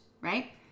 right